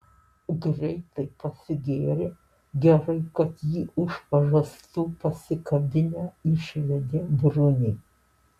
greitai pasigėrė gerai kad jį už pažastų pasikabinę išsivedė bruniai